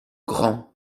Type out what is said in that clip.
grand